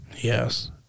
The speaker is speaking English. Yes